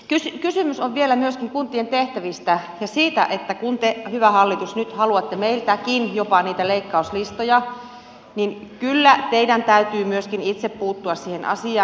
mutta kysymys on vielä myöskin kuntien tehtävistä ja siitä että kun te hyvä hallitus nyt haluatte meiltäkin jopa niitä leikkauslistoja niin kyllä teidän täytyy myöskin itse puuttua siihen asiaan